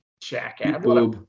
jackass